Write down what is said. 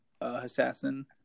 assassin